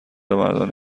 مردان